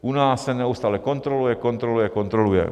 U nás se neustále kontroluje, kontroluje a kontroluje.